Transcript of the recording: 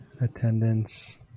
attendance